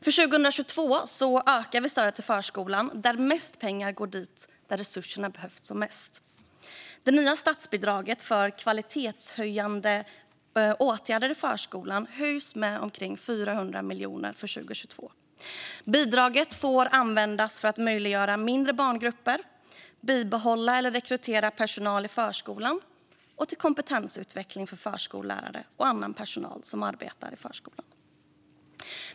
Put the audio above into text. För 2022 ökar vi stödet till förskolan, där mest pengar går dit där resurserna behövs som mest. Det nya statsbidraget för kvalitetshöjande åtgärder i förskolan höjs med omkring 400 miljoner för 2022. Bidraget får användas för att möjliggöra mindre barngrupper, för att bibehålla eller rekrytera personal i förskolan och till kompetensutveckling för förskollärare och annan personal som arbetar i förskolan.